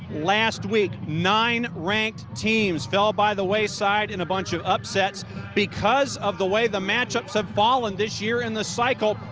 last week nine ranked teams fell by the wayside in a bunch of upsets because of the way the matchups have fallen this year in the cycle.